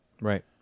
Right